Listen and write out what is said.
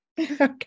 Okay